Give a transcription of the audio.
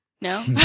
No